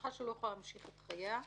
במשפחה שלא יכולה להמשיך את חייה.